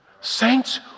Saints